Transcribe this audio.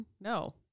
No